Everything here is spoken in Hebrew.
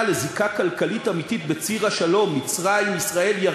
לזיקה כלכלית אמיתית בציר השלום מצרים-ישראל-ירדן,